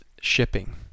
shipping